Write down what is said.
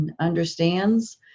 understands